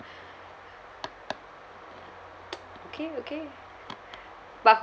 okay okay but who